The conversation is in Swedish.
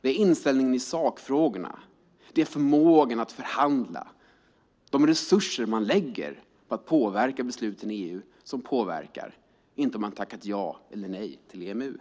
Det är inställningen i sakfrågorna, det är förmågan att förhandla, de resurser som läggs på att påverka besluten i EU, som påverkar - inte om man har tackat ja eller nej till EMU.